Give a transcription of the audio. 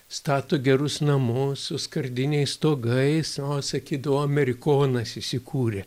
stato gerus namus su skardiniais stogais o sakydavo amerikonas įsikūrė